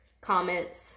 comments